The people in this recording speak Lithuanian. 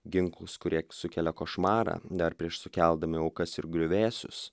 ginklus kurie sukelia košmarą dar prieš sukeldami aukas ir griuvėsius